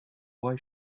why